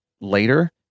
later